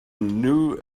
knew